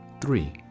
three